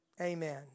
Amen